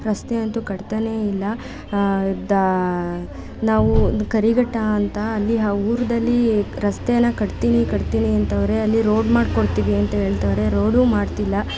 ರಸ್ತೆ ಅಂತೂ ಕಟ್ತಲೇ ಇಲ್ಲ ದ ನಾವು ಕರಿಘಟ್ಟ ಅಂತ ಅಲ್ಲಿ ಹಾ ಊರಲ್ಲಿ ರಸ್ತೆನ ಕಟ್ತೀನಿ ಕಟ್ತೀನಿ ಅಂತವ್ರೆ ಅಲ್ಲಿ ರೋಡ್ ಮಾಡ್ಕೊಡ್ತೀವಿ ಅಂತ ಹೇಳ್ತವ್ರೆ ರೋಡು ಮಾಡ್ತಿಲ್ಲ